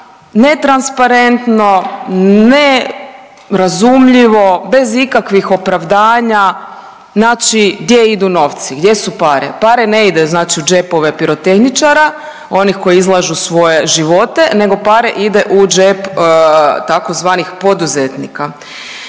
netransparentno, nerazumljivo, bez ikakvih opravdanja gdje idu novci, gdje su pare. Pare ne ide u džepove pirotehničara onih koji izlažu svoje živote nego pare ide u džep tzv. poduzetnika